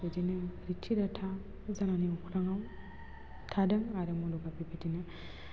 बिदिनो रिथि रिथा जानानै अख्राङाव थादों आरो मुलुगाबो बिदिनो